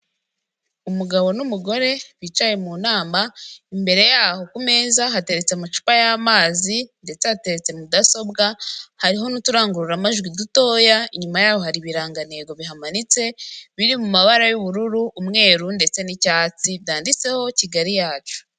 Umugabo n'umugore bicaye mu nama, imbere yaho ku meza hateretse amacupa y'amazi ndetse hateretse mudasobwa, hariho n'uturangururamajwi dutoya. Inyuma yaho hari ibirangantego bihamanitse biri mu mabara y'ubururu, umweru ndetse n'icyatsi byanditseho Kigali yacu.